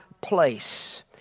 place